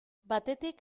batetik